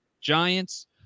Giants